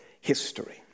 history